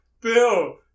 Bill